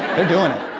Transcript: they're doing it.